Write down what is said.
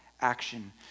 action